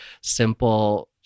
simple